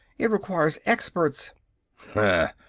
it requires experts huh!